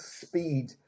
speed